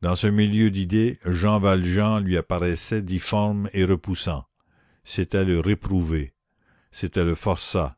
dans ce milieu d'idées jean valjean lui apparaissait difforme et repoussant c'était le réprouvé c'était le forçat